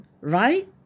right